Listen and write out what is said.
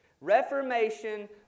Reformation